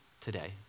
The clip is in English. today